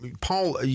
Paul